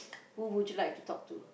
who would you like to talk to